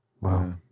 wow